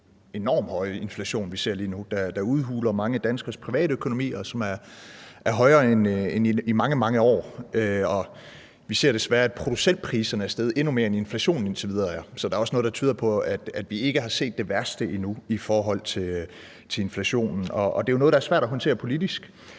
enormt høje inflation, vi ser lige nu, som udhuler mange danskeres privatøkonomi, og som er højere end i mange, mange år. Vi ser desværre, at producentpriserne er steget endnu mere, end inflationen indtil videre er. Så der er også noget, der tyder på, at vi ikke har set det værste endnu i forhold til inflationen. Det er jo noget, der er svært at håndtere politisk.